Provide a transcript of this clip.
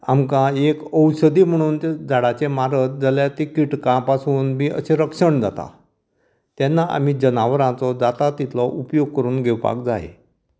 आमकां ही एक औशदी म्हण झाडाचें मारत जाल्यार ती किटकां पासून बी अशें रक्षण जाता तेन्ना आमी जनावरांचो जाता तितलो उपयोग करून घेवपाक जाय